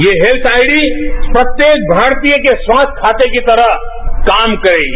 ये health ID प्रत्येक भारतीय के स्वास्थ्य खाते की तरह काम करेगी